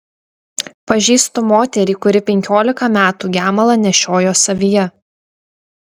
pažįstu moterį kuri penkiolika metų gemalą nešiojo savyje